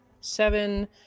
seven